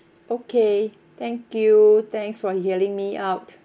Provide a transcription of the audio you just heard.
okay thank you thanks for hearing me out